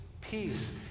peace